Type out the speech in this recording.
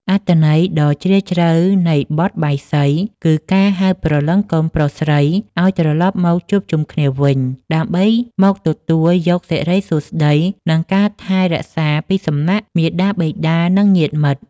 អត្ថន័យដ៏ជ្រាលជ្រៅនៃបទបាយស្រី គឺការហៅព្រលឹងកូនប្រុសស្រីឱ្យត្រឡប់មកជួបជុំគ្នាវិញ ដើម្បីមកទទួលយកសិរីសួស្តី និងការថែរក្សាពីសំណាក់មាតាបិតា និងញាតិមិត្ត។